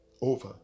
over